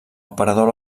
operador